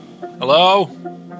Hello